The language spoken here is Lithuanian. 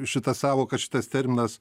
šita sąvoka šitas terminas